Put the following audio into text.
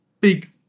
big